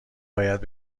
باید